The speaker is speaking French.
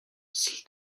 s’il